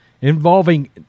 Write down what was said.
involving